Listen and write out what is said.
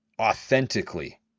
authentically